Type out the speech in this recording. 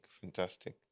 fantastic